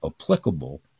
applicable